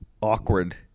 awkward